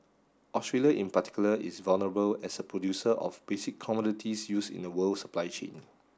Australia in particular is vulnerable as a producer of basic commodities used in the world supply chain